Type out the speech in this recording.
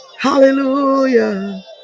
Hallelujah